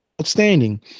Outstanding